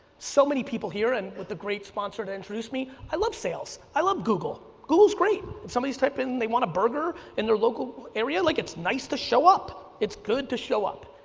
so many people here, and with a great sponsor to introduce me, i love sales, i love google, google's great. somebody's typing in they want a burger in their local area, like it's nice to show up, it's good to show up.